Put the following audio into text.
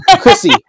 Chrissy